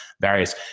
various